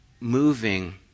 moving